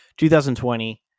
2020